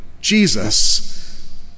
Jesus